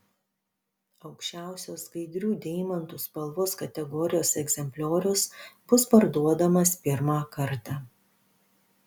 aukščiausios skaidrių deimantų spalvos kategorijos egzempliorius bus parduodamas pirmą kartą